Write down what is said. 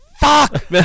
fuck